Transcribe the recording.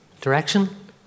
Direction